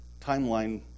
timeline